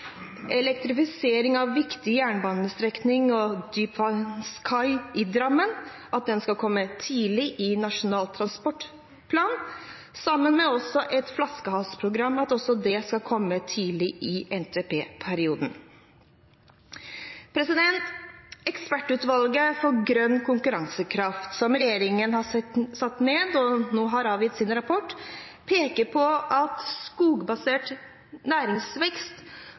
elektrifisering av viktige jernbanestrekninger og at dypvannskai i Drammen skal komme tidlig i NTP-perioden, sammen med et flaskehalsprogram. Ekspertutvalget for grønn konkurransekraft, som regjeringen har satt ned, og som nå har avgitt sin rapport, peker på at skogbasert næringsvekst